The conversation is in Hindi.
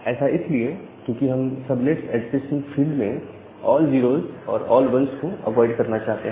ऐसा इसलिए क्योंकि हम सबनेट ऐड्रेसिंग फील्ड में ऑल 0s और ऑल 1s को अवॉइड करना चाहते हैं